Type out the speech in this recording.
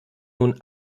nun